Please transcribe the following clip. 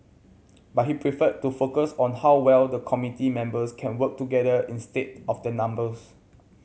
but he preferred to focus on how well the committee members can work together instead of the numbers